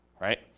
right